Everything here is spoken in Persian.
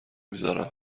میزارم